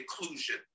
inclusion